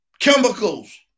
chemicals